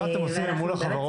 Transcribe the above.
מה אתם עושים מול החברות?